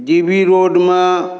D B रोडमे